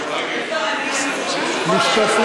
או כבשה משתפרים.